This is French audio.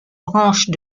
branches